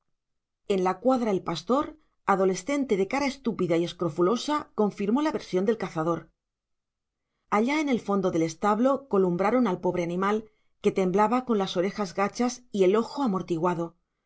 en la cuadra el pastor adolescente de cara estúpida y escrofulosa confirmó la versión del cazador allá en el fondo del establo columbraron al pobre animal que temblaba con las orejas gachas y el ojo amortiguado